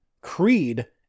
Creed